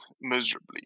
miserably